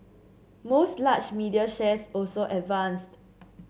most large media shares also advanced